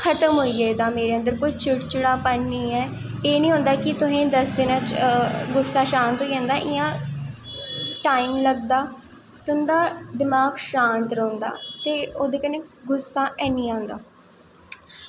खत्म होई गेदा मेरे अंदर कोई चिड़चिड़ापन निं ऐ एह् निं होंदा कि तुसें गी दसदे न कि गुस्सा शांत होई जंदा ऐ इ'यां टाइम लगदा तुंदा दमाक शांत रौहंदा ते ओह्दे कन्नै गुस्सा ऐनी आंदा